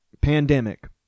pandemic